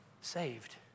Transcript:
saved